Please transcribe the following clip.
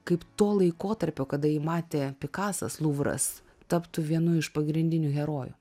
kaip to laikotarpio kada jį matė pikasas luvras taptų vienu iš pagrindinių herojų